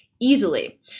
easily